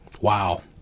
Wow